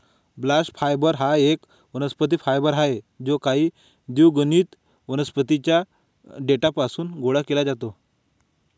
bast fibre हा एक वनस्पती फायबर आहे जो काही द्विगुणित वनस्पतीं च्या देठापासून गोळा केला जातो